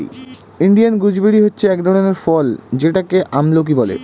Indian gooseberry হচ্ছে এক ধরনের ফল যেটাকে আমলকি বলে